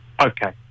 okay